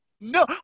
No